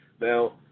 Now